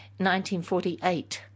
1948